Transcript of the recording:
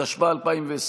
התשפ"א 2021,